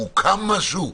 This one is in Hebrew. מוקם משהו?